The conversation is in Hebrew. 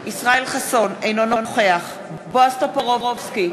אינו נוכח בועז טופורובסקי,